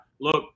look